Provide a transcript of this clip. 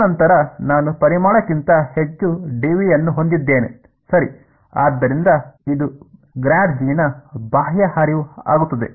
ತದನಂತರ ನಾನು ಪರಿಮಾಣಕ್ಕಿಂತ ಹೆಚ್ಚು dV ಅನ್ನು ಹೊಂದಿದ್ದೇನೆ ಸರಿ ಆದ್ದರಿಂದ ಇದು ನ ಬಾಹ್ಯ ಹರಿವು ಆಗುತ್ತದೆ